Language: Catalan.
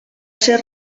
ser